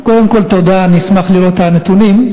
קודם כול, תודה, אני אשמח לראות את הנתונים.